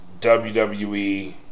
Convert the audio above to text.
WWE